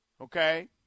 okay